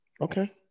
Okay